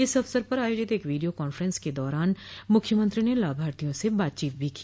इस अवसर पर आयोजित एक वीडियो कांफ्रेंस के दौरान मूख्यमंत्री ने लाभार्थियों से बातचीत भी की